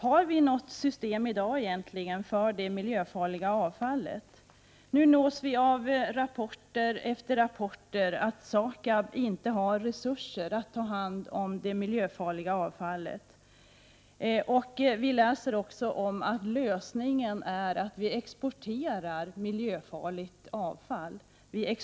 Har vi egentligen något system i dag som klarar det miljöfarliga avfallet? I den ena rapporten efter den andra kan man ju läsa att SAKAB inte har resurser när det gäller att ta hand om det miljöfarliga avfallet. Dessutom kan man läsa att lösningen på problemet är att exportera miljöfarligt avfall, gift.